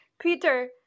peter